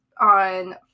on